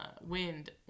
wind